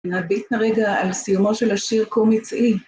נביט רגע על סיומו של השיר קומי צאי.